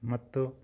ಮತ್ತು